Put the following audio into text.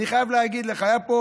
אני חייב להגיד לך, היה פה